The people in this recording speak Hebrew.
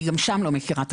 אני גם שם לא מכירה תקלה.